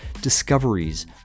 discoveries